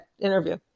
interview